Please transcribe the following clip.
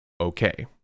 okay